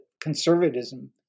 conservatism